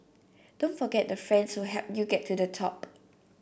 don't forget the friends who helped you get to the top